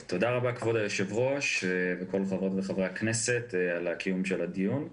כבוד היושב ראש וכל חברות וחברי הכנסת על קיום הדיון.